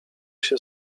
się